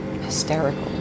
Hysterical